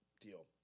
deal